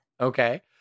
Okay